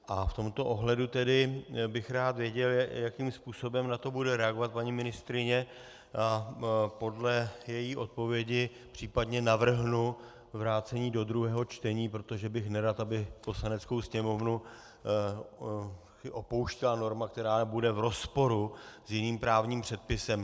V tomto ohledu tedy bych rád věděl, jakým způsobem na to bude reagovat paní ministryně, a podle její odpovědi případně navrhnu vrácení do druhého čtení, protože bych nerad, aby Poslaneckou sněmovnu opouštěla norma, která bude v rozporu s jiným právním předpisem.